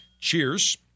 Cheers